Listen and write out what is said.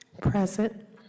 Present